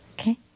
Okay